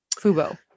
FUBO